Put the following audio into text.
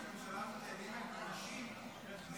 כשהממשלה מתנגדת, המשיב